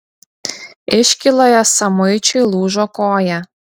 iškyloje samuičiui lūžo koja